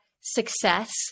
success